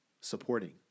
supporting